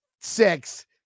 Six